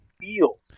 feels